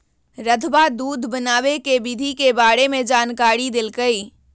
रधवा दूध बनावे के विधि के बारे में जानकारी देलकई